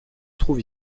trouve